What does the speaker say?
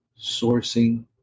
sourcing